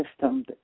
system